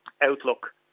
outlook